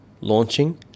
launching